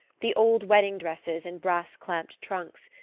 the old wedding-dresses in brass-clamped trunks,